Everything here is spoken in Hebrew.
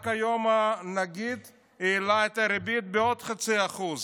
רק היום הנגיד העלה את הריבית בעוד חצי אחוז,